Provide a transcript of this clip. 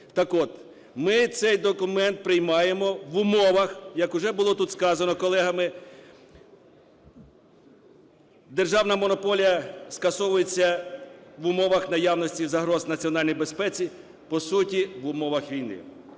Так от, ми цей документ приймаємо в умовах, як уже було тут сказано колегами, державна монополія скасовується в умовах наявності загроз національній безпеці, по суті, в умовах війни.